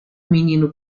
menino